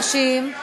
או שהם מתנגדים או